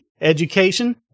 education